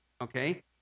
okay